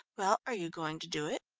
well, are you going to do it?